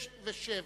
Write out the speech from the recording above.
6 ו-7.